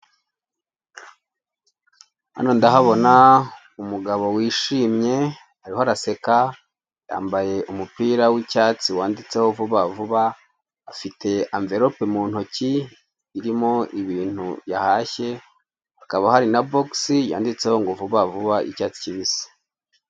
Hano ndahabona umugabo wishimye urimo uraseka, yambaye umupira w'icyatsi wanditseho vuba vuba. Afite anverope mu ntoki irimo ibintu yahashye. Hakaba hari na boxi yanditseho vuba vuba y'icyatsi kibisi.